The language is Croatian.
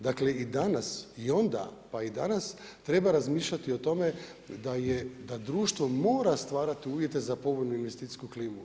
Dakle i danas, i onda, pa i danas treba razmišljati o tome da je, da društvo mora stvarati uvjete za povoljnu investicijsku klimu.